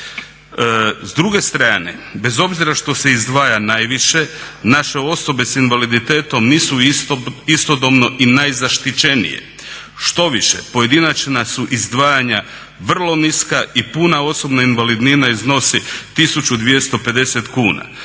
S druge strane bez obzira što se izdvaja najviše naše osobe s invaliditetom nisu istodobno i najzaštićenije. Štoviše pojedinačna su izdvajanja vrlo niska i puna osobna invalidnina iznosi tisuću 250 kuna.